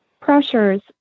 pressures